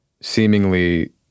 seemingly